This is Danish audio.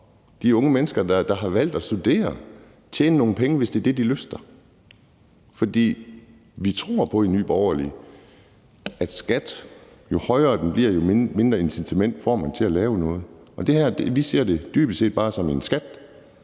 de unge mennesker, der har valgt at studere, tjene nogle penge, hvis det er det, de lyster. Vi tror på i Nye Borgerlige, at jo højere skatten bliver, jo mindre incitament får man til at lave noget. Vi ser dybest set bare det her som